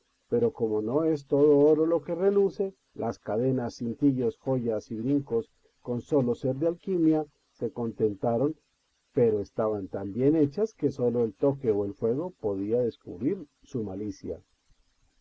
pero como no es todo oro lo que reluce las cadenas cintillos joyas y brincos con sólo ser de alquimia se contentaro n pero estaban tan bien hechas que sólo el toque o el fuego podía descubrir su malicia